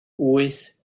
wyth